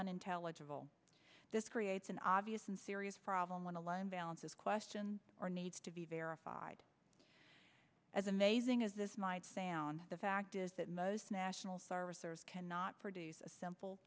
unintelligible this creates an obvious and serious problem when a line balances question or needs to be verified as amazing as this might sound the fact is that most national servicers cannot produce a simple